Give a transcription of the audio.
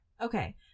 Okay